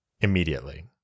immediately